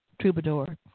troubadour